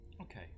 Okay